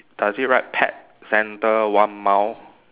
does it right pet centre one mile